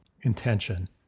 intention